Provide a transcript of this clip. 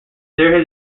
there